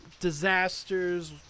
disasters